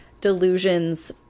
delusions